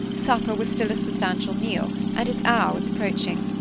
supper was still a substantial meal, and its hour was approaching.